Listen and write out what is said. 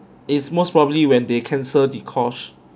is most probably when they cancel the course